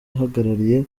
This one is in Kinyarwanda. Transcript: ahagarariye